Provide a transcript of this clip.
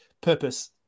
purpose